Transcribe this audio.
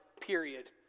period